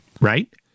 Right